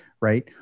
right